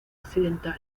occidental